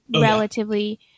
relatively